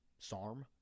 Sarm